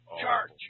Charge